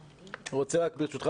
ברשותך,